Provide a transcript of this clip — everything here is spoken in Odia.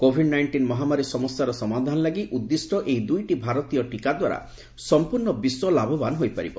କୋଭିଡ୍ ନାଇଷ୍ଟିନ୍ ମହାମାରୀ ସମସ୍ୟାର ସମାଧାନ ଲାଗି ଉଦ୍ଦିଷ୍ଟ ଏହି ଦୁଇଟି ଭାରତୀୟ ଟିକା ଦ୍ୱାରା ସମ୍ପୂର୍ଣ୍ଣ ବିଶ୍ୱ ଲାଭବାନ ହୋଇପାରିବ